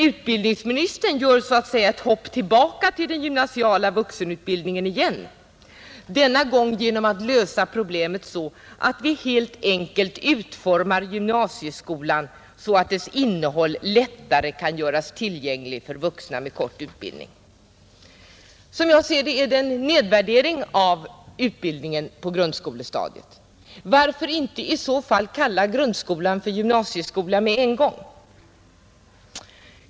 Utbildningsministern gör så att säga ett hopp tillbaka till den gymnasiala vuxenutbildningen igen — denna gång genom att lösa problemet på det sättet att vi helt enkelt utformar gymnasieskolan så att dess innehåll lättare kan göras tillgängligt för vuxna med kort utbildning. Som jag ser det är det en nedvärdering av utbildningen på grundskolestadiet. Varför inte i så fall kalla grundskolan för gymnasieskola med en gång?